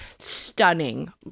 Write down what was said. stunning